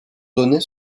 donner